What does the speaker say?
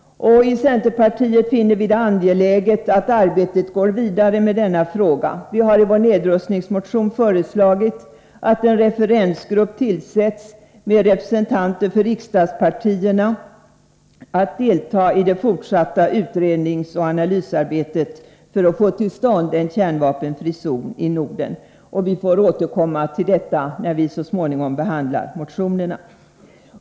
Inom centerpartiet finner vi det angeläget att arbetet med denna fråga går vidare. Vi har i vår nedrustningsmotion föreslagit att en referensgrupp med representanter för riksdagspartierna tillsätts för att delta i det fortsatta utredningsoch analysarbetet i syfte att få till stånd en kärnvapenfri zon i Norden. Vi får återkomma till detta när vi så småningom behandlar motionerna.